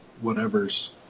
whatever's